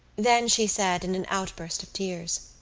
then she said in an outburst of tears